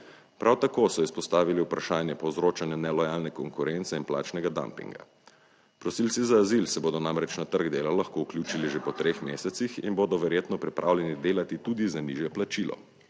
Prav tako so izpostavili vprašanje povzročanja nelojalne konkurence in plačnega dumpinga. Prosilci za azil se bodo namreč na trg dela lahko vključili že po treh mesecih in bodo verjetno pripravljeni delati tudi za nižje plačilo,